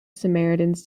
samaritans